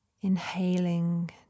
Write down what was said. Inhaling